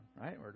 right